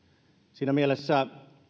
siinä mielessä